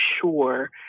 sure